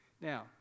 Now